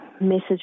message